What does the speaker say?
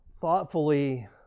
thoughtfully